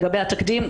לגבי התקדים,